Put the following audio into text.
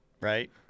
right